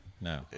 No